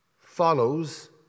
follows